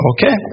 Okay